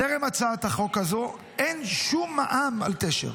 טרם הצעת החוק הזו, אין שום מע"מ על תשר.